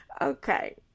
okay